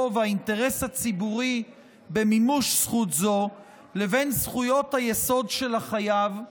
והאינטרס הציבורי במימוש זכות זו לבין זכויות היסוד של החייב,